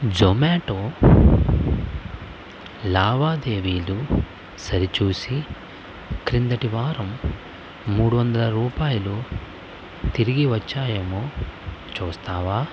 జొమాటో లావాదేవీలు సరిచూసి క్రిందటి వారం మూడువందల రూపాయలు తిరిగి వచ్చాయేమో చూస్తావా